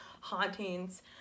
hauntings